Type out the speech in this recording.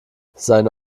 seine